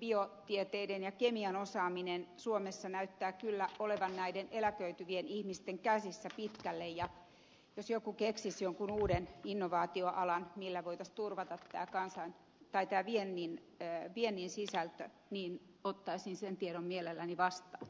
biotieteiden ja kemian osaaminen suomessa näyttää kyllä olevan pitkälle eläköityvien ihmisten käsissä ja jos joku keksisi jonkun uuden innovaatioalan millä voitaisiin turvata sekä kansan tai kärjen viime päivien viennin sisältö niin ottaisin sen tiedon mielelläni vastaan